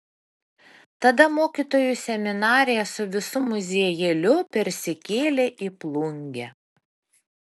tada mokytojų seminarija su visu muziejėliu persikėlė į plungę